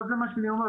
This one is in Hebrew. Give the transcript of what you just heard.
לא זה מה שאני אומר.